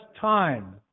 time